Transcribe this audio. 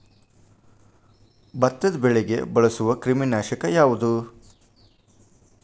ಭತ್ತದ ಬೆಳೆಗೆ ಬಳಸುವ ಕ್ರಿಮಿ ನಾಶಕ ಯಾವುದು?